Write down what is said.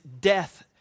death